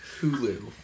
Hulu